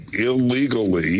illegally